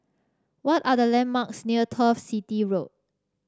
what are the landmarks near Turf City Road